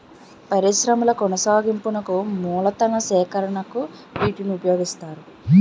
పరిశ్రమల కొనసాగింపునకు మూలతన సేకరణకు వీటిని ఉపయోగిస్తారు